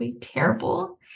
terrible